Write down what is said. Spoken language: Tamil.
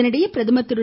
இதனிடையே பிரதமர் திரு